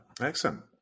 excellent